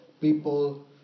people